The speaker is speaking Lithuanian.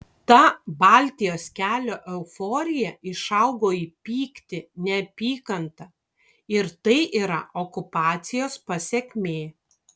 ta baltijos kelio euforija išaugo į pyktį neapykantą ir tai yra okupacijos pasekmė